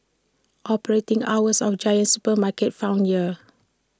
operating hours of giant supermarkets found here